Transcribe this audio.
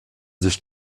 sich